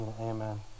Amen